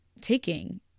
taking